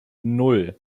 nan